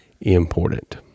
important